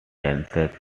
dances